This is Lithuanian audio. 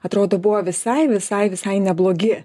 atrodo buvo visai visai visai neblogi